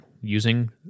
using